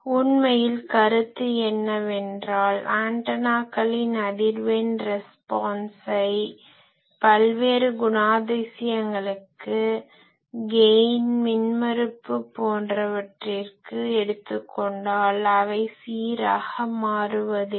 உண்மையில் கருத்து என்னவென்றால் ஆண்டனாக்களின் அதிர்வெண் ரெஸ்பான்ஸை அதிர்வெண் துலங்கல் Frequency response பல்வேறு குணாதிசயங்களுக்கு கெய்ன் மின்மறுப்பு போன்றவற்றிற்கு எடுத்துக் கொண்டால் அவை சீராக மாறுவதில்லை